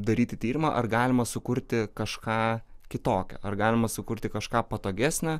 daryti tyrimą ar galima sukurti kažką kitokio ar galima sukurti kažką patogesnio